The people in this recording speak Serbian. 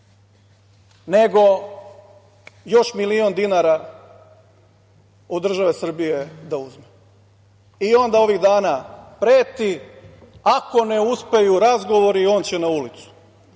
nego još milion dinara od države Srbije da uzme. Onda ovih dana preti – ako ne uspeju razgovori, on će na ulicu.